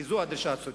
כי זאת דרישה צודקת.